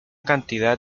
cantidad